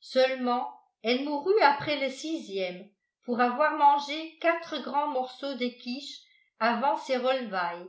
seulement elle mourut après le sixième pour avoir mangé quatre grands morceaux de quiche avant ses relevailles